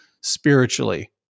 spiritually